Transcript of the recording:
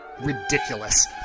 ridiculous